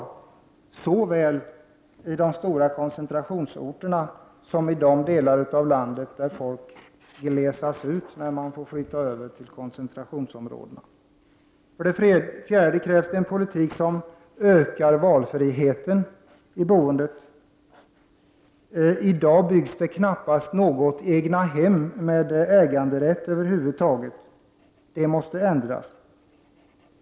Detta gäller såväl i de stora koncentrationsorterna som i de delar av landet där folket glesas ut eftersom invånarna måste flytta över till koncentrationsområden. För det fjärde krävs en politik som ökar valfriheten i boendet. I dag byggs det knappast något egnahem med äganderätt över huvud taget. Det måste ändras.